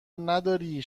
نداری